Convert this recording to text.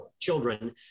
children